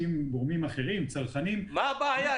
הגורמים אחרים, הצרכנים -- מה הבעיה?